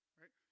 right